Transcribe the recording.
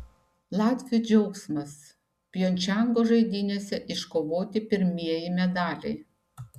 latvių džiaugsmas pjongčango žaidynėse iškovoti pirmieji medaliai